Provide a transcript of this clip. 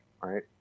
right